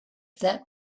that